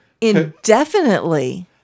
Indefinitely